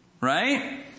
Right